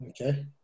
Okay